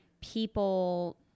people